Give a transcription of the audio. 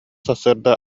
сарсыарда